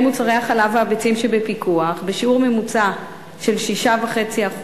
מוצרי החלב והביצים שבפיקוח בשיעור ממוצע של 6.5%